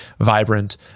vibrant